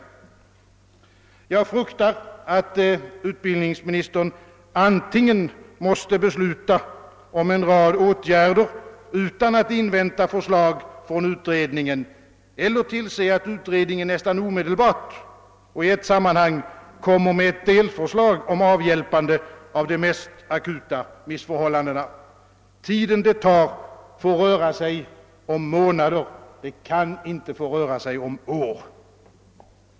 Jag fruktar att utbildningsministern antingen måste besluta om en rad åtgärder utan att invänta förslag från utredningen eller tillse, att utredningen nästan omedelbart och i ett sammanhang kommer med ett delförslag om avhjälpande av de mest akuta missförhållandena. Den tid det får ta rör sig om månader — det får inte röra sig om år.